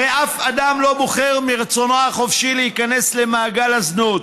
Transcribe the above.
הרי אף אדם לא בוחר מרצונו החופשי להיכנס למעגל הזנות.